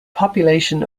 population